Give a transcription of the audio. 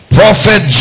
prophet